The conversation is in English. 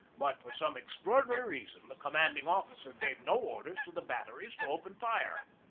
but for some extraordinary reason the commanding officer gave no orders to the batteries to open fire.